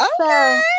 okay